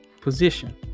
position